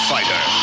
Fighter